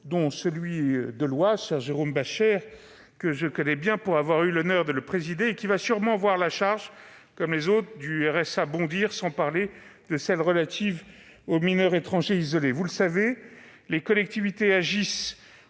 à celui de l'Oise, que je connais bien pour avoir eu l'honneur de le présider, et qui va sûrement voir la charge du revenu de solidarité active (RSA) bondir, sans parler de celle relative aux mineurs étrangers isolés. Vous le savez, les collectivités agissent